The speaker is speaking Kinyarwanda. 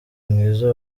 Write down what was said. mwiza